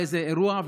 לאיזה אירוע,